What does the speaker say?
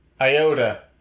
Iota